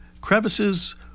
crevices